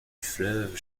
fleuve